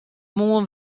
moarn